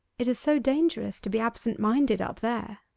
it is so dangerous to be absent-minded up there